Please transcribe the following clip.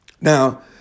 Now